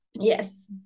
Yes